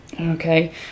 Okay